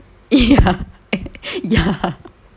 ya ya